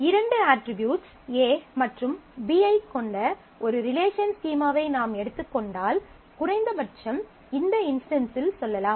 இரண்டு attributes A மற்றும் B ஐக் கொண்ட ஒரு ரிலேஷன் ஸ்கீமாவை நாம் எடுத்துக் கொண்டால் குறைந்தபட்சம் இந்த இன்ஸ்டன்ஸில் சொல்லலாம்